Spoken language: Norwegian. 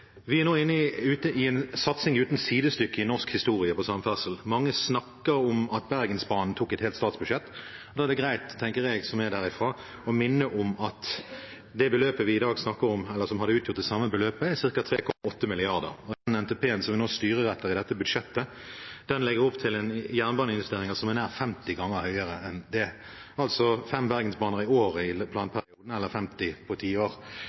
Vi er nå ute i en satsing på samferdsel uten sidestykke i norsk historie. Mange snakker om at Bergensbanen tok et helt statsbudsjett. Da er det greit – tenker jeg som er derfra – å minne om at det beløpet som hadde utgjort det samme i dag, er ca. 3,8 mrd. kr. Den NTP-en som vi nå styrer etter i dette budsjettet, legger opp til jernbaneinvesteringer som er nær 50 ganger høyere enn det – altså fem bergensbaner i året i planperioden, eller 50 på ti år.